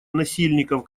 насильников